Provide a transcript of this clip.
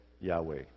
Yahweh